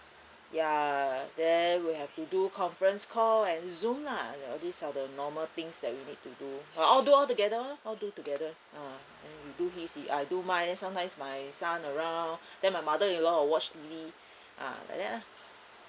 ya then we'll have to do conference call and zoom lah these are the normal things that we need to do uh all do all together lor all do together ah and he do his I do mine then sometimes my son around then my mother in law will watch T_V ah like that ah